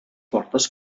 portes